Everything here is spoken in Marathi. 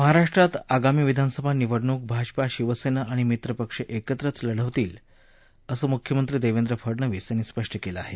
महाराष्ट्रात आगामी विधानसभा निवडणुक भाजपा शिवसेना आणि मित्र पक्ष एकत्रच लढतील असं मुख्यमंत्री देवेंद्र फडनवीस यांनी स्पष्ट केलं आहे